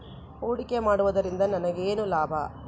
ಹೂಡಿಕೆ ಮಾಡುವುದರಿಂದ ನನಗೇನು ಲಾಭ?